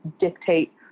dictate